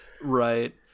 Right